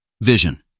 Vision